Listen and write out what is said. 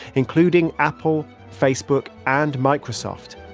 including apple, facebook and microsoft.